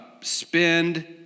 spend